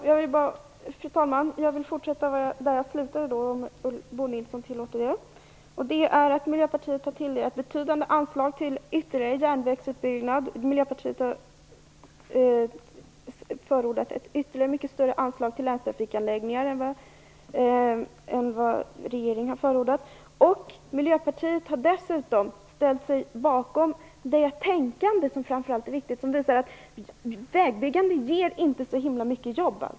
Fru talman! Om Bo Nilsson tillåter vill jag fortsätta där jag slutade. Miljöpartiet har tilldelat betydande anslag till ytterligare järnvägsutbyggnad. Miljöpartiet har förordat ett mycket större anslag till länstrafikanläggningar än vad regeringen har gjort. Miljöpartiet har dessutom ställt sig bakom det viktiga tänkande som innebär att vägbyggande inte ger så många jobb.